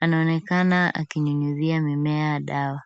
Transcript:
Anaonekana akinyunyizia mimea dawa.